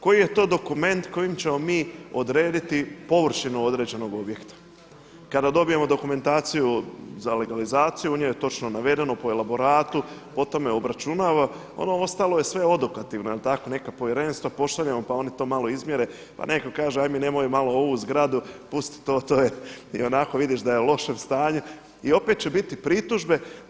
Koji je to dokument kojim ćemo mi odrediti površinu određenog objekta kada dobijemo dokumentaciju za legalizaciju u njoj je točno navedeno po elaboratu, po tome obračunava a ono ostalo je sve odokativno, neka povjerenstva pošaljemo pa oni to malo izmjere pa netko kaže aj mi nemoj malo ovu zgradu, pusti to, to je ionako vidiš u lošem stanju i opet će biti pritužbe.